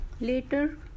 Later